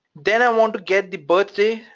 then i want to get the birthday,